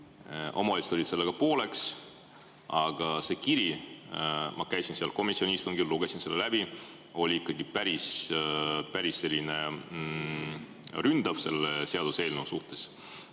omavalitsused olid sellega pooleks, aga see kiri – ma käisin seal komisjoni istungil ja lugesin selle läbi – oli ikkagi päris ründav selle seaduseelnõu suhtes.